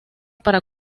para